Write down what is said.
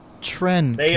Trend